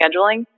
scheduling